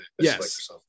Yes